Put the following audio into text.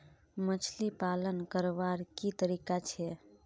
मछली पालन करवार की तरीका छे?